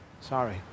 sorry